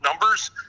numbers